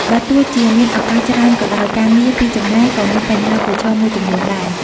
បើទោះជាមានឱកាសច្រើនក៏ដោយ ការងារពីចម្ងាយក៏មាន បញ្ហាប្រឈម មួយចំនួនដែរ។